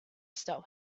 stop